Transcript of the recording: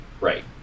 Right